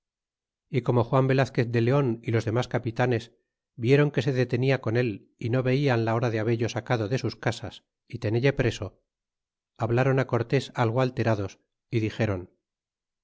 y como juan velazquez de leon y los demás capitanes vieron que se detenia con él y no veían la hora de babello sacado de sus casas y tenelle preso hablaron cortés algo alterados y